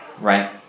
right